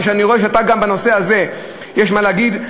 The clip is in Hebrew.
ואני רואה שגם בנושא הזה יש לך מה להגיד,